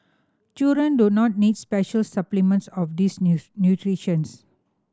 children do not need special supplements of these nutritions